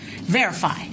Verify